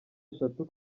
eshatu